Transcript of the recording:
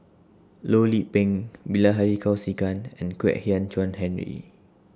Loh Lik Peng Bilahari Kausikan and Kwek Hian Chuan Henry